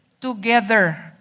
together